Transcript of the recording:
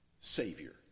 savior